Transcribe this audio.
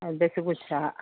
ꯑ ꯗꯁꯀꯨꯁ